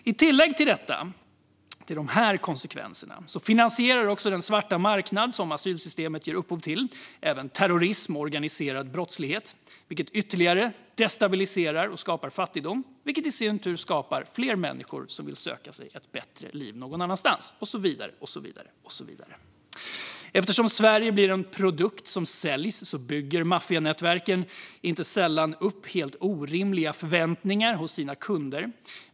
I tillägg till de här konsekvenserna finansierar den svarta marknad som asylsystemet ger upphov till även terrorism och organiserad brottslighet, vilket ytterligare destabiliserar och skapar fattigdom, vilket i sin tur skapar fler människor som vill söka sig ett bättre liv någon annanstans och så vidare. Eftersom Sverige blir en produkt som säljs bygger maffianätverken inte sällan upp helt orimliga förväntningar hos sina kunder.